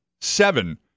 seven